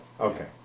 Okay